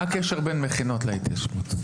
מה הקשר בין מכינות להתיישבות?